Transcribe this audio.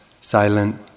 silent